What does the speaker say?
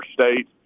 state